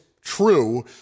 true